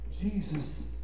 Jesus